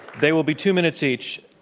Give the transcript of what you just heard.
they will be two minutes each,